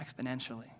exponentially